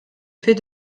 fait